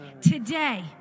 today